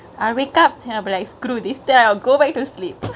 I wake up tabulate screw this style go back to sleep